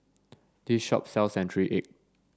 this shop sells century egg